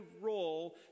role